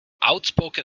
outspoken